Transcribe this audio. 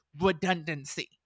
redundancy